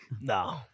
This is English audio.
No